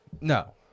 No